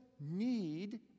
need